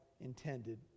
intended